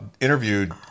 interviewed